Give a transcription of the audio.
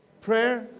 prayer